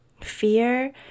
fear